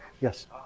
Yes